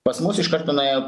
pas mus iš karto nuėjo